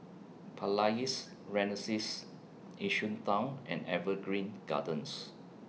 Palais Renaissance Yishun Town and Evergreen Gardens